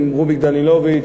עם רוביק דנילוביץ,